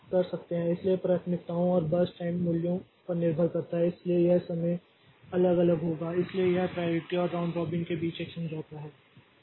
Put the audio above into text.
तो आप कर सकते हैं इसलिए प्राथमिकताओं और इस बर्स्ट टाइम मूल्यों पर निर्भर करता है इसलिए यह समय अलग अलग होगा इसलिए यह प्राइयारिटी और राउंड रॉबिन के बीच एक समझौता है